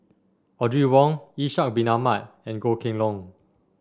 Audrey Wong Ishak Bin Ahmad and Goh Kheng Long